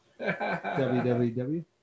www